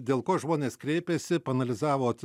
dėl ko žmonės kreipėsi paanalizavot